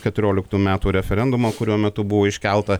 keturioliktų metų referendumą kurio metu buvo iškelta